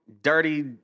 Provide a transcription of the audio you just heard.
dirty